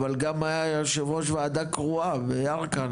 אבל גם היה יושב ראש ועדה קרואה בירכא,